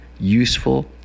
useful